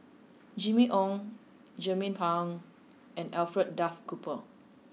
Jimmy Ong Jernnine Pang and Alfred Duff Cooper